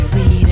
See